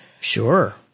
Sure